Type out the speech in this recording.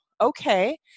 okay